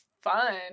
fun